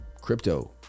crypto